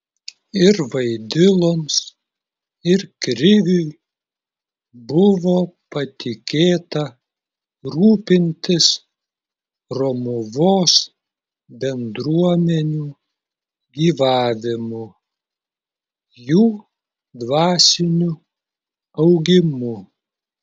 ir vaidiloms ir kriviui buvo patikėta rūpintis romuvos bendruomenių gyvavimu jų dvasiniu augimu